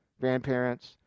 grandparents